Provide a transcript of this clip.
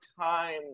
time